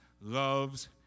loves